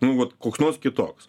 nu vat koks nors kitoks